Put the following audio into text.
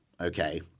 okay